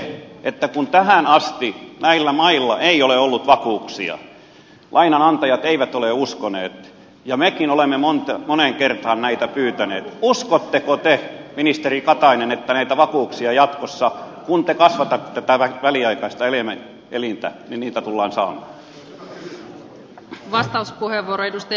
uskotteko te että kun tähän asti näillä mailla ei ole ollut vakuuksia lainanantajat eivät ole uskoneet ja mekin olemme moneen kertaan näitä pyytäneet uskotteko te ministeri katainen että näitä vakuuksia jatkossa kun te kasvatatte tätä väliaikaista elintä tullaan saamaan